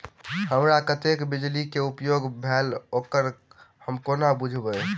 हमरा कत्तेक बिजली कऽ उपयोग भेल ओकर हम कोना बुझबै?